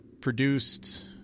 produced